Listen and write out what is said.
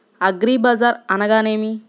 అగ్రిబజార్ అనగా నేమి?